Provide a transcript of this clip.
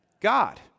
God